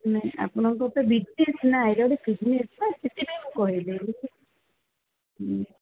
ନାଇଁ ଆପଣଙ୍କର ତ ବିଜିନେସ୍ ନାହିଁ ଏଇଟା ଗୋଟେ ବିଜିନେସ୍ ତ ସେଥିପାଇଁ ମୁଁ କହିଦେଲି ହୁଁ